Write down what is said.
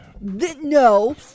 No